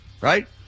Right